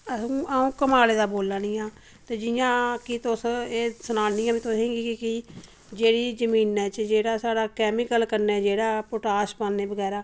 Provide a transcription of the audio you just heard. अस अऊं कमाले दा बोल्ला नी आं ते जियां कि तुस एह् सनान्नी आं में तुहेंगी कि जेह्ड़ी जमीनें च जेह्ड़ा स्हाड़ा कैमिकल कन्नै जेह्ड़ा पौटाश पान्ने बगैरा